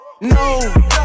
No